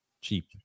Cheap